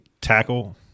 tackle